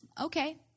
okay